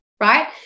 right